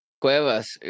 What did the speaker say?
Cuevas